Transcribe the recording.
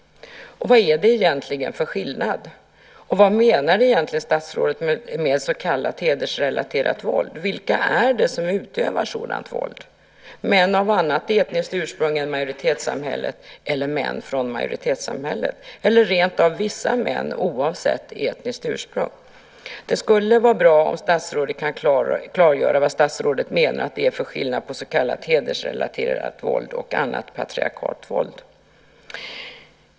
Vad är det egentligen för skillnad? Vad menar egentligen statsrådet med så kallat hedersrelaterat våld? Vilka är det som utövar sådant våld? Är det män av annat etniskt ursprung än majoritetssamhället eller män från majoritetssamhället, eller rentav vissa män oavsett etniskt ursprung? Det skulle vara bra om statsrådet kan klargöra vad statsrådet menar att det är för skillnad på så kallat hedersrelaterat våld och annat patriarkalt våld.